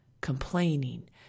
complaining